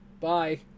bye